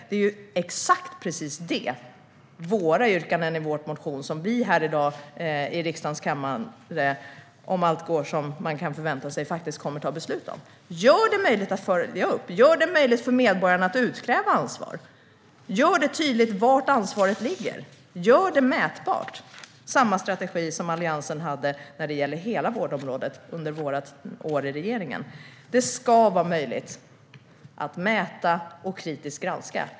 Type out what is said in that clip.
Det är precis detta som våra yrkanden i vår motion syftar till, och om allt går som man kan vänta sig kommer riksdagen också att ta beslut om det. Det gör det möjligt att följa upp statsbidragen, och det gör det möjligt för medborgarna att utkräva ansvar. Det blir tydligt var ansvaret ligger. Det blir mätbart. Det är samma strategi som vi i Alliansen hade för hela vårdområdet under våra år i regeringen. Det ska vara möjligt att mäta och kritiskt granska.